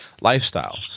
lifestyle